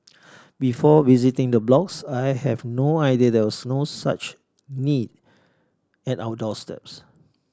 before visiting the blocks I have no idea there was so such need at our doorstep